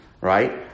right